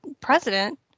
president